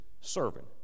servant